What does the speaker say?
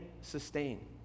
sustain